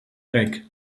grec